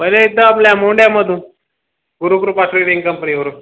पहिले इथं आपल्या मोंड्यामधून गुरुकृपा ट्रेडींग कंपनी वरून